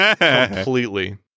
completely